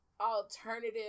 alternative